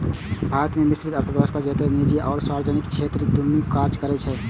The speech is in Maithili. भारत मे मिश्रित अर्थव्यवस्था छै, जतय निजी आ सार्वजनिक क्षेत्र दुनू काज करै छै